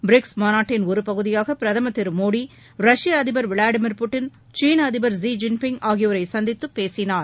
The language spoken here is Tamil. பிரிக்ஸ் மாநாட்டின் ஒருபகுதியாக பிரதமர் மோடி ரஷ்ய அதிபர் விளாடிமிர் புடின் சீன அதிபர் ஸி ஜின்பிங் ஆகியோரை சந்தித்துப் பேசினார்